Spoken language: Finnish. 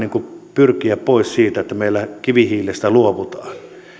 pyrkiä pois kivihiilestä että meillä kivihiilestä luovutaan